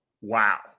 Wow